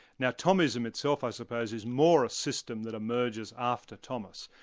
now thomism itself i suppose is more a system that emerges after thomas.